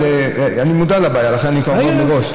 אני מודע לבעיה, ולכן אני אומר כבר מראש.